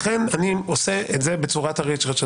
לכן אני עושה את זה בצורת הריץ'-רץ'.